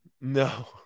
No